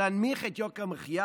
כדי להנמיך את יוקר המחיה